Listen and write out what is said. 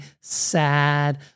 sad